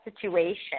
situation